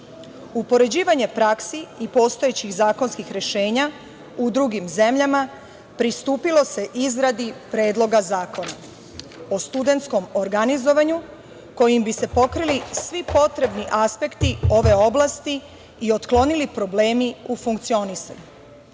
Upoređivanjem praksi i postojećih zakonskih rešenja u drugim zemljama pristupilo se izradi Predloga zakona o studentskom organizovanju, kojim bi se pokrili svi potrebni aspekti ove oblasti i otklonili problemi u funkcionisanju.U